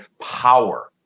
power